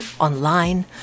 online